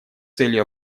целью